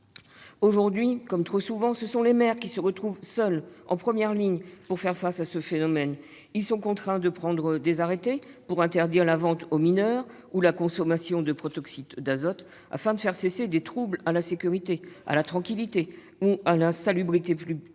Aujourd'hui, comme trop souvent, les maires se retrouvent seuls, en première ligne, pour faire face à ce phénomène. Ils sont contraints de prendre des arrêtés pour interdire la vente aux mineurs ou la consommation de protoxyde d'azote afin de faire cesser des troubles à la sécurité, à la tranquillité ou à la salubrité publiques.